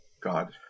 God